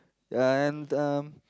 ya and um